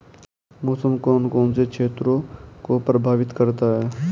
मौसम कौन कौन से क्षेत्रों को प्रभावित करता है?